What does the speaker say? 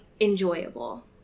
enjoyable